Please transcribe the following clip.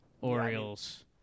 Orioles